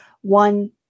one